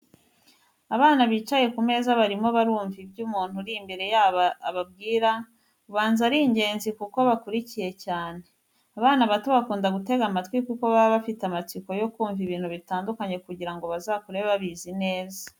Abana bicaye ku meza barimo barumva ibyo umuntu uri imbere yabo ababwira, ubanza ari ingenzi kuko bakurikiye cyane. Abana bato bakunda gutega amatwi kuko baba bafite amatsiko yo kumva ibintu bitandukanye kugira ngo bazakure babizi neza.